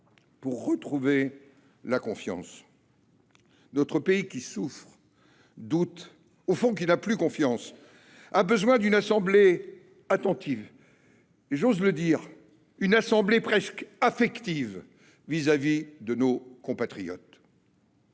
pour retrouver la confiance. Notre pays, qui souffre, qui doute, qui au fond n’a plus confiance, a besoin d’une assemblée attentive et – j’ose le dire – d’une assemblée presque affective à l’égard de nos compatriotes.